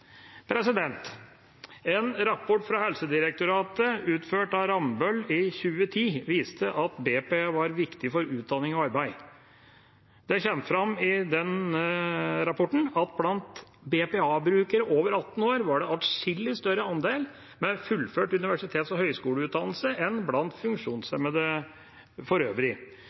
En rapport fra Helsedirektoratet utført av Rambøll i 2010 viste at BPA var viktig for utdanning og arbeid. Det kommer fram i den rapporten at blant BPA-brukere over 18 år var det adskillig større andel med fullført universitets- eller høgskoleutdannelse enn blant funksjonshemmede for øvrig.